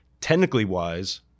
Technically-wise